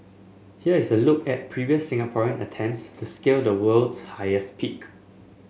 here is a look at previous Singaporean attempts to scale the world's highest peak